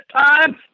time